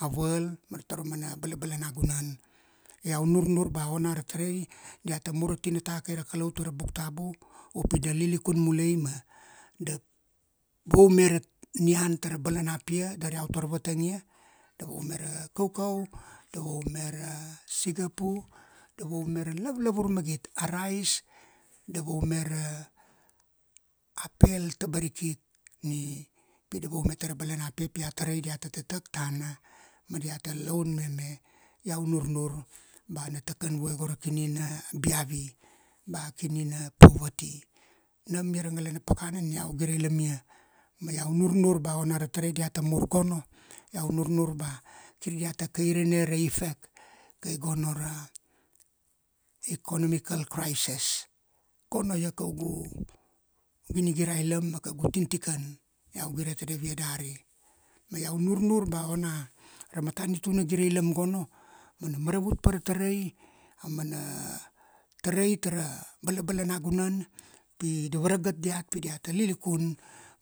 a world, ma tara mana balabalanagunan. Iau nurnur ba ona a tarai diata mur ra tinata kai ra Kalau, tara buk tabu upi da lilikun mulai ma da vaume ra nian tara balana pia dari ra iau tar vatangia, da vaume ra kaukau, da vaume ra sigapu, da vaume ra lavlavur magit. A rice, da vaume ra, a pel tabarikik ni, pi da vaume tara balana pia pi a tarai diata tatak tana ma diata laun mame. Iau nurnur, ba na takan vue go ra kini na biavi. Ba kini na poverty. Nam ia ra ngalana pakana nina iau girilamia ma iau nurnur ba ona ra tarai diata mur gono, iau nurnur ba kir diata kairene ra effect, kai gono ra economical crisis. Gono ia kaugu ginigirailam ma kaugu tintikan, iau gire tadavia dari. Ma iau nurnur ba, ona ra matanitu na gireilam gono, ma na maravut pa ra tarai, aumana tarai tara balabala na guna. Pi da varagat diat pi daiata lilikun,